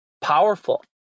powerful